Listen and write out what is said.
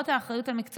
כי הממשלה החליטה,